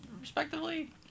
respectively